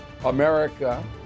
America